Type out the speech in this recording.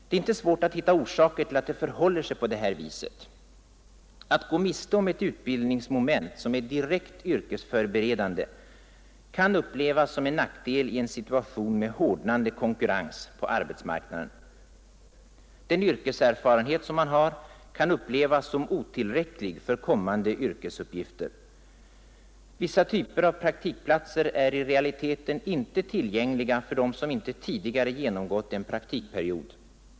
Det är inte svårt att hitta orsaker till att det förhåller sig på det här viset. Att gå miste om ett utbildningsmoment som är direkt yrkesförberedande kan upplevas som en nackdel i en situation med hårdnande konkurrens på arbetsmarknaden. Den yrkeserfarenhet som man har kan upplevas som otillräcklig för kommande yrkesuppgifter. Vissa typer av praktikplatser är i realiteten inte tillgängliga för dem som inte tidigare genomgått en praktikperiod.